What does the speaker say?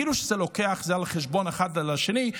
כאילו שזה אחד על חשבון השני.